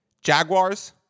Jaguars